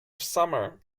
summer